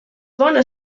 bona